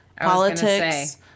politics